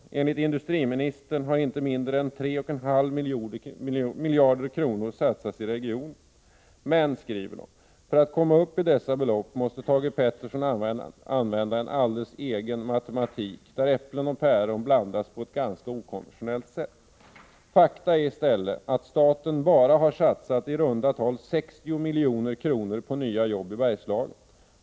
Enligt industriministern har inte mindre än 3,5 miljarder kronor satsats på regionen. Men för att komma upp i dessa belopp måste Thage Peterson använda en alldeles egen matematik där äpplen och päron blandas på ett ganska okonventionellt sätt. Fakta är i stället att staten bara har satsat i runda tal 60 miljoner kronor på nya jobb i Bergslagen.